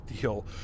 deal